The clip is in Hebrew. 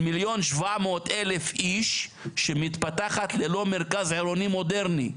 1,700,000 איש שמתפתחת ללא מרכז עירוני מודרני.